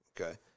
Okay